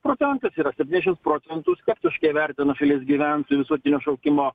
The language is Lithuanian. procentas yra septyniasdešimts procentų skeptiškai vertina šalies gyventojų visuotinio šaukimo